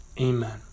Amen